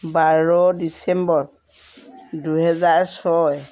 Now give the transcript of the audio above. বাৰ ডিচেম্বৰ দুহেজাৰ ছয়